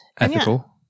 Ethical